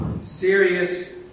serious